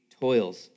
toils